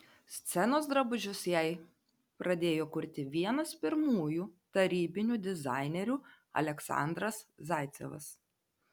scenos drabužius jai pradėjo kurti vienas pirmųjų tarybinių dizainerių aleksandras zaicevas